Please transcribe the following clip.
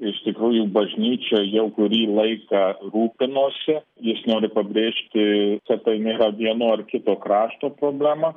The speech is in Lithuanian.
iš tikrųjų bažnyčia jau kurį laiką rūpinosi jis nori pabrėžti kad tai nėra vieno ar kito krašto problema